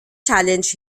challenged